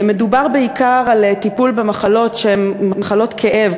מדובר בעיקר על טיפול במחלות שהן מחלות כאב,